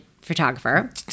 photographer